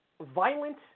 Violent